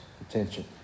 attention